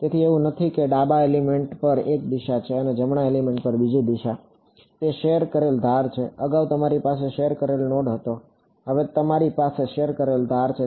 તેથી એવું નથી કે ડાબા એલિમેન્ટ પર એક દિશા છે અને જમણા એલિમેન્ટ પર બીજી દિશા તે શેર કરેલ ધાર છે અગાઉ તમારી પાસે શેર કરેલ નોડ હતો હવે તમારી પાસે શેર કરેલ ધાર છે